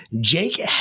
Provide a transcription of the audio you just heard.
Jake